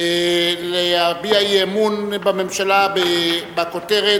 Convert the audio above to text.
להביע אי-אמון בממשלה, בכותרת: